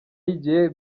y’igihe